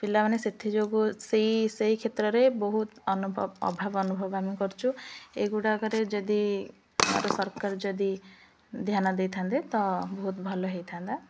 ପିଲାମାନେ ସେଥିଯୋଗୁଁ ସେଇ ସେଇ କ୍ଷେତ୍ରରେ ବହୁତ ଅନୁଭବ ଅଭାବ ଅନୁଭବ ଆମେ କରଚୁ ଏଗୁଡ଼ାକରେ ଯଦି ଆମର ସରକାର ଯଦି ଧ୍ୟାନ ଦେଇଥାନ୍ତେ ତ ବହୁତ ଭଲ ହୋଇଥାନ୍ତା